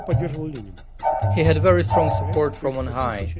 but he had very strong support from on high.